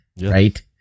right